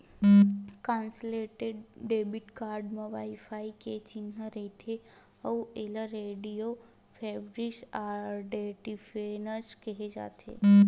contactless debit card म wifi के चिन्हा रहिथे अउ एला रेडियो फ्रिवेंसी आइडेंटिफिकेसन केहे जाथे